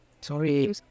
Sorry